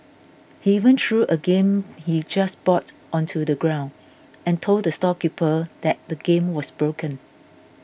he even threw a game he just bought onto the ground and told the storekeeper that the game was broken